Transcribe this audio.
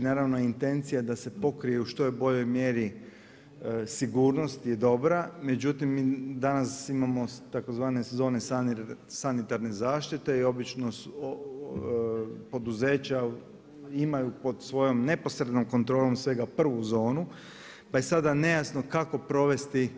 Naravno intencija da se pokrije u što je boljoj mjeri sigurnost je dobra, međutim mi danas imamo tzv. zone sanitarne zaštite i obično, poduzeća imaju pod svojom neposrednom kontrolom svega prvu zonu pa je sada nejasno kako provesti